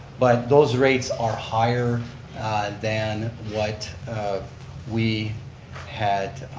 but those rates are higher than what we had